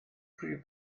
prif